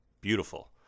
beautiful